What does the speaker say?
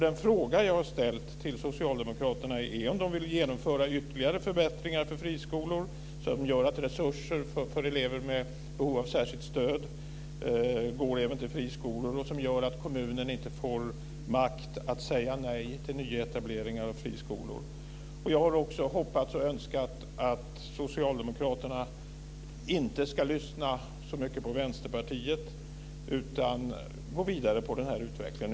Den fråga som jag har ställt till socialdemokraterna är om de vill genomföra ytterligare förbättringar för friskolor som gör att resurser för elever med behov av särskilt stöd går även till friskolor och som gör att kommunen inte får makt att säga nej till nyetableringar av friskolor. Jag har också hoppats och önskat att socialdemokraterna inte ska lyssna så mycket på Vänsterpartiet utan gå vidare i den här utvecklingen.